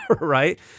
Right